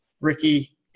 Ricky